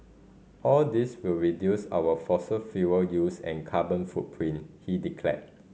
all this will reduce our fossil fuel use and carbon footprint he declared